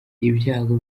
ibyago